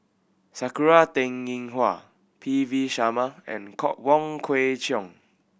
Sakura Teng Ying Hua P V Sharma and Wong Kwei Cheong